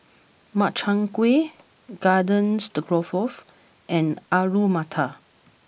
Makchang Gui Garden Stroganoff and Alu Matar